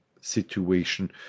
situation